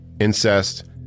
incest